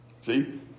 See